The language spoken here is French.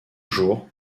jours